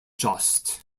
just